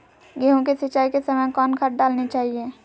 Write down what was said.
गेंहू के सिंचाई के समय कौन खाद डालनी चाइये?